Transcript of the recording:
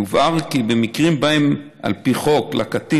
יובהר כי במקרים שבהם על פי חוק לקטין